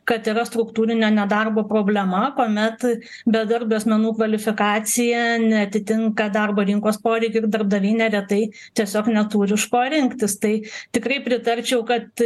kad yra struktūrinio nedarbo problema kuomet bedarbių asmenų kvalifikacija neatitinka darbo rinkos poreikių ir darbdaviai neretai tiesiog neturi iš ko rinktis tai tikrai pritarčiau kad